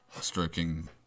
Stroking